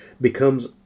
becomes